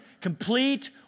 complete